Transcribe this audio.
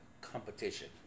competition